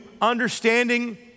understanding